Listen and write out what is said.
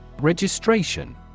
Registration